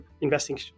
investing